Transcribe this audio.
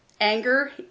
Anger